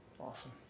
awesome